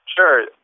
Sure